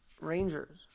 Rangers